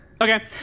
Okay